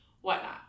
whatnot